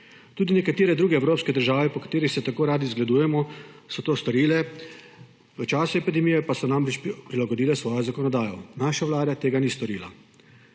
Tudi nekatere druge evropske države, po katerih se tako radi zgledujemo, so to storile, v času epidemije pa so prilagodile svojo zakonodajo. Naša Vlada tega ni storila,